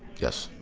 yes.